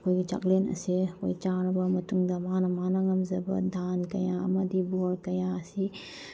ꯑꯩꯈꯣꯏꯒꯤ ꯆꯥꯛꯂꯦꯟ ꯑꯁꯦ ꯑꯩꯈꯣꯏ ꯆꯥꯔꯕ ꯃꯇꯨꯡꯗ ꯃꯥꯅ ꯃꯥꯅ ꯉꯝꯖꯕ ꯗꯥꯟ ꯀꯌꯥ ꯑꯃꯗꯤ ꯕꯣꯔ ꯀꯌꯥ ꯑꯁꯤ